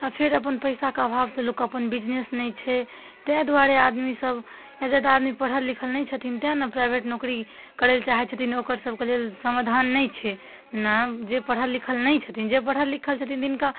आओर फेर अपन पइसाके अभावसँ लोकके अपन बिजनेस नहि छै ताहि दुआरे आदमीसभ कतेक आदमी पढ़ल लिखल तऽ नहि छथिन तेँ ने प्राइवेट नौकरी करैलए चाहै छथिन ओकरसभके लेल समाधान नहि छै ओना जे पढ़ल लिखल नहि छथिन जे पढ़ल लिखल छथिन तिनका